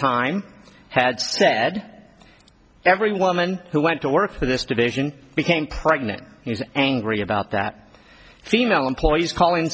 time had said every woman who went to work for this division became pregnant he's angry about that female employees calling